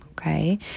okay